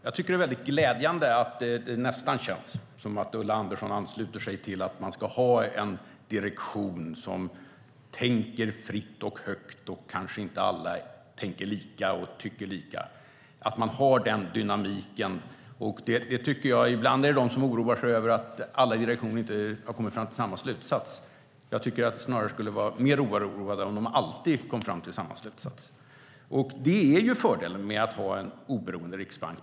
Fru talman! Det är glädjande att det nästan känns som att Ulla Andersson ansluter sig till att man ska ha en direktion som tänker fritt och högt och där kanske inte alla tänker och tycker lika, där man har den dynamiken. Vissa oroar sig över att inte alla direktioner har kommit fram till samma slutsats. Jag tycker snarare att det skulle vara mer oroande om de alltid kom fram till samma slutsats. Det är fördelen med att ha en oberoende riksbank.